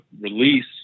release